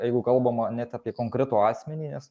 jeigu kalbama net apie konkretų asmenį nes